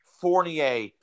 Fournier